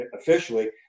officially